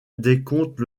décompte